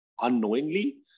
unknowingly